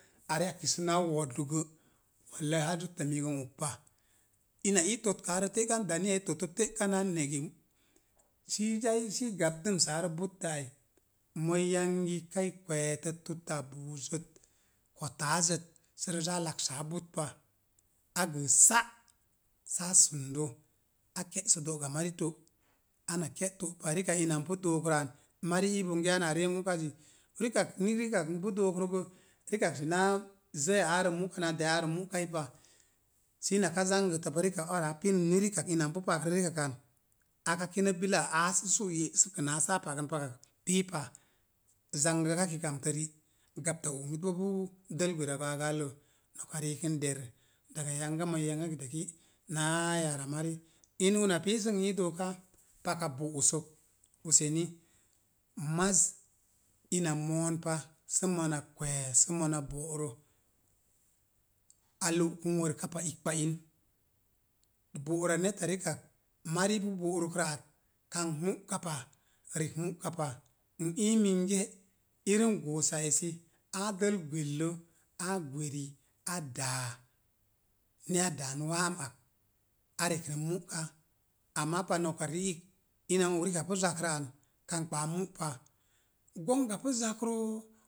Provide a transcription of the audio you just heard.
A ree a kisə naa wodub gə, wallai haa zotta n og pa. Ina ii tokkaarə te'kan, daneya i totə te'ka na ne̱gi sə i zaa i gabdəmsaarə buttə ai. Mo̱o ii yangi kai kweetə tuta búuzət ko̱taazət sə rə zaa laksaa but pa. A gəə sa’ saa sundo, a ke̱'sə do̱'ga mari to. An a ke̱ to pa ri kak ina n pu dookrə an marii ii bonge ana ree mu'kazi. Rikak ni ri'kak npu dookrə go, rikak sinaa zəiya aarə mu'kai naa daiya aarə mu'kai pa, si ina ka zangətə pa, rikak ara a pin ni rikak ina n pu pakrə rikakan aka kinə bilaa a'a sə su ye'səkənaa səa pagən pakak pii pas zangəkaki kamtə ri', gapta oomit boo pu dəl gwera gwagaallə. Noka riik n der daga yanga, mo̱o̱ ii yanga kitaki naa yara mari. in una pii sən i dooka, paka boꞌossək, useni, maz ina mo̱o̱n pa sə mona kwee sə mona bo'ro, a lo'kən wərka pa, ikkpain. Bo'ra neta rikak marii pu bo'rəkrə at kamkp mu'ka pa, rek mu'ka pa. N ii minge irim goosa esi aa dəl gwellə, aa gweri, a dáa ni a daan waam ak, a rek mu ka, amma pa noka riik ina n og rikak pu zak rə an kamkpaa mu pa. Gonga pu zakrə